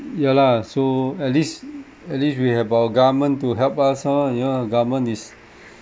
ya lah so at least at least we have our government to help us out you know government is